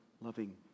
loving